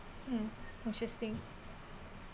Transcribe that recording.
mm interesting